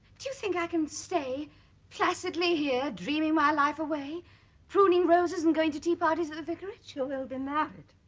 do you think i can stay placidly here dreaming my life away away pruning roses and going to tea parties at the vicarage you will be married.